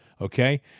okay